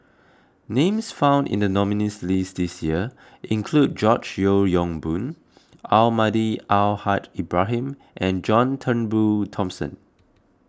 names found in the nominees' list this year include George Yeo Yong Boon Almahdi Al Haj Ibrahim and John Turnbull Thomson